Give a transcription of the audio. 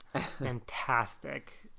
Fantastic